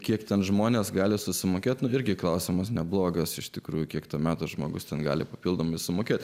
kiek ten žmonės gali sumokėti irgi klausimas neblogas iš tikrųjų kiek to meto žmogus ten gali papildomai sumokėti